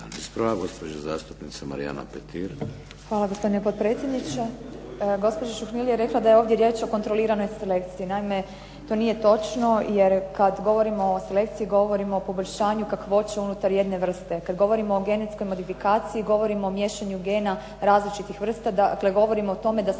Hvala, gospodine potpredsjedniče.